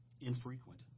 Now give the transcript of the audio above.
infrequent